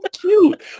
cute